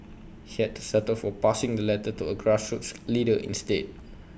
he had to settle for passing the letter to A grassroots leader instead